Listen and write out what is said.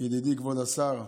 ידידי כבוד השר,